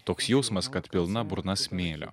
toks jausmas kad pilna burna smėlio